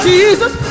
Jesus